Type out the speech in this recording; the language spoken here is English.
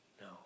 No